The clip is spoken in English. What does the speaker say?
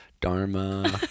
Dharma